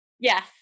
Yes